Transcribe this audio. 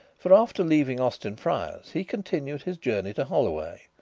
for after leaving austin friars he continued his journey to holloway,